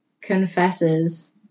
confesses